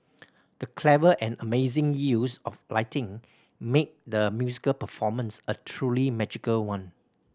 the clever and amazing use of lighting made the musical performance a truly magical one